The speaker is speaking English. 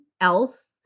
else